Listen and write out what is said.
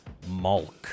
Malk